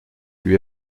lui